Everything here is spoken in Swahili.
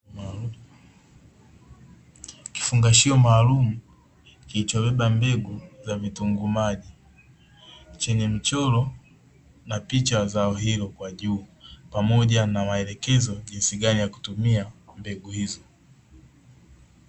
Kifungashio maalumu kilichobeba mbegu za vitunguu maji, chenye mchora na picha ya zao hilo kwa juu, pamoja na maelekezo jinsi gani ya kutumia mbegu hizo.